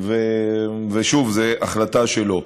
ושוב, זו החלטה שלו.